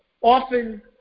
often